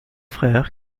frères